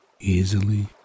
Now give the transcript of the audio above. Easily